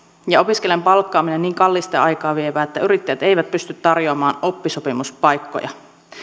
ja opiskelijan palkkaaminen niin kallista ja aikaa vievää että yrittäjät eivät pysty tarjoamaan oppisopimuspaikkoja